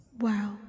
Wow